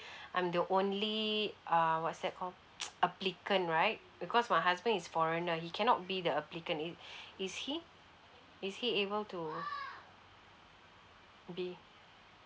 I'm the only err what's that called applicant right because my husband is foreigner he cannot be the application it is he is he able to be